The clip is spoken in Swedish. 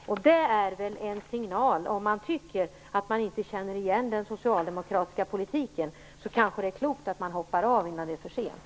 Det är väl en signal på att om man inte känner igen den socialdemokratiska politiken är det kanske klokt att hoppa av innan det är för sent.